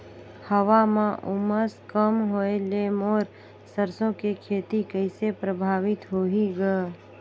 हवा म उमस कम होए ले मोर सरसो के खेती कइसे प्रभावित होही ग?